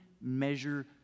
measure